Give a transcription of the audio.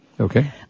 Okay